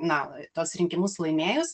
na tuos rinkimus laimėjus